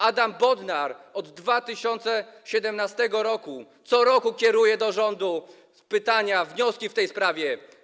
Adam Bodnar od 2017 r. co roku kieruje do rządu pytania, wnioski w tej sprawie.